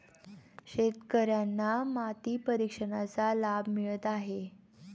शेतकर्यांना माती परीक्षणाचा लाभ मिळत आहे